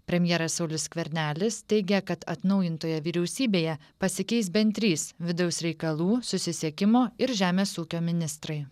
premjeras saulius skvernelis teigia kad atnaujintoje vyriausybėje pasikeis bent trys vidaus reikalų susisiekimo ir žemės ūkio ministrai